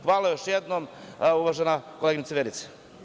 Hvala još jednom, uvažena koleginice Vjerice.